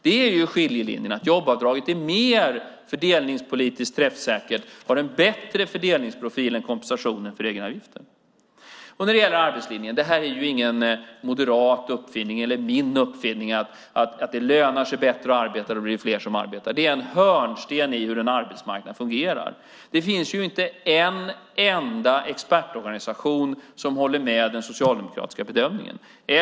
Där går skiljelinjen, nämligen att jobbskatteavdraget är fördelningspolitiskt mer träffsäkert, har en bättre fördelningsprofil, än kompensationen för egenavgifterna. När det gäller arbetslinjen är det ingen moderat uppfinning, eller min uppfinning, att om det lönar sig bättre att arbeta blir det fler som arbetar. Det är en hörnsten i hur en arbetsmarknad fungerar. Det finns inte en enda expertorganisation som håller med om den socialdemokratiska bedömningen.